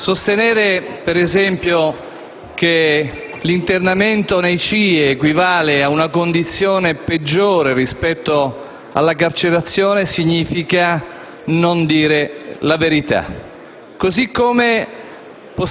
Sostenere per esempio che l'internamento nei CIE equivale ad una condizione peggiore rispetto alla carcerazione significa non dire la verità.